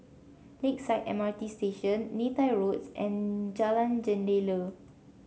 Lakeside M R T Station Neythai Road and Jalan Jendela